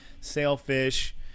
Sailfish